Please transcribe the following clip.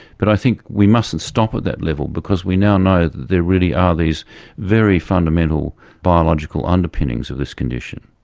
but i think we mustn't stop at that level because we now know that there really are these very fundamental biological underpinnings of this condition.